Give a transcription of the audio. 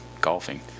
golfing